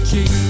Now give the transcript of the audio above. King